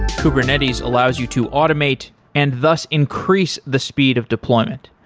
kubernetes allows you to automate and thus increase the speed of deployment.